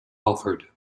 offered